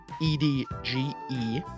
E-D-G-E